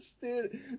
dude